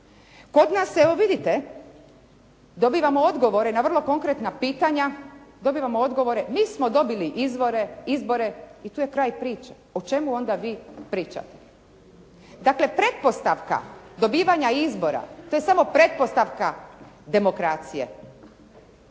Kod nas, evo vidite dobivamo odgovore na vrlo konkretna pitanja, dobivamo odgovore: «Mi smo dobili izbore» i tu je kraj priče. O čemu onda vi pričate? Dakle pretpostavka dobivanja izbora to je samo pretpostavka demokracije.